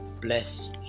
bless